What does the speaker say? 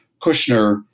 Kushner